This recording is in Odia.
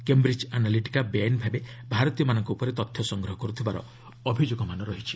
କେଣ୍ଡିଜ୍ ଆନାଲିଟିକା ବେଆଇନ ଭାବେ ଭାରତୀୟଙ୍କ ଉପରେ ତଥ୍ୟ ସଂଗ୍ରହ କରୁଥିବାର ଅଭିଯୋଗ ରହିଛି